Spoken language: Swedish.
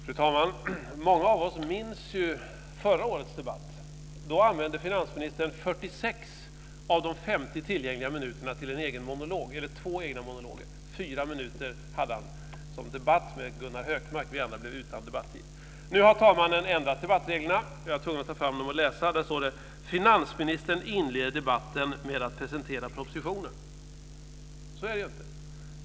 Fru talman! Många av oss minns förra årets debatt. Då använde finansministern 46 av de 50 tillgängliga minuterna till två egna monologer. Han hade i 4 minuter en debatt med Gunnar Hökmark, och vi andra blev utan debattid. Nu har talmannen ändrat debattreglerna, och jag är tvungen att ta fram dem och läsa. Där står det: "Finansministern inleder debatten med att presentera propositionen." Så är det ju inte.